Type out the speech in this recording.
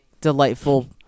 delightful